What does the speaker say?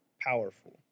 powerful